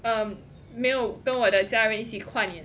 um 没有跟我的家人一起跨年